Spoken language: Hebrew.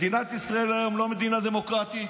מדינת ישראל היום היא לא מדינה דמוקרטית,